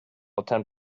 attempt